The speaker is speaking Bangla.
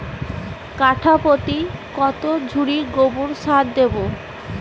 কাঠাপ্রতি কত ঝুড়ি গোবর সার দেবো?